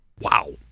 Wow